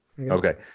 Okay